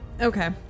Okay